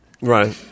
Right